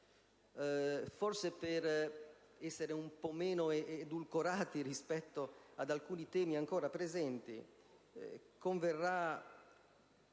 bene. Per essere un po' meno edulcorati rispetto ad alcuni temi ancora presenti, converrà